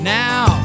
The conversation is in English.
now